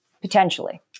potentially